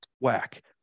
whack